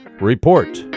Report